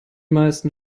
meisten